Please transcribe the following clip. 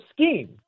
scheme